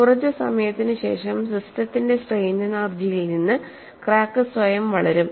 കുറച്ച് സമയത്തിനുശേഷം സിസ്റ്റത്തിന്റെ സ്ട്രെയിൻ എനർജിയിൽ നിന്ന് ക്രാക്ക് സ്വയം വളരും